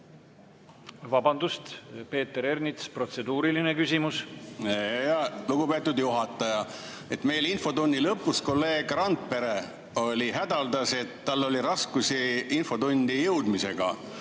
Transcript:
Vabandust! Peeter Ernitsal on protseduuriline küsimus. Lugupeetud juhataja! Infotunni lõpus kolleeg Randpere hädaldas, et tal oli raskusi infotundi jõudmisega,